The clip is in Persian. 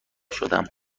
شدم